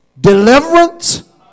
deliverance